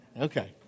okay